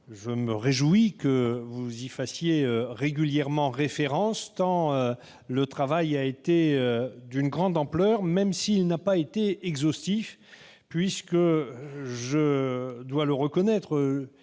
Je me réjouis que vous y fassiez régulièrement référence, tant le travail réalisé par celui-ci a été d'une grande ampleur, même s'il n'a pas été exhaustif. En effet, je dois le reconnaître,